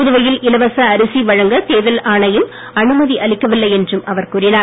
புதுவையில் இலவச அரிசி வழங்க தேர்தல் ஆணையம் அனுமதி அளிக்கவில்லை என்றும் அவர் கூறினார்